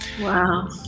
Wow